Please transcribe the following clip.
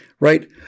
Right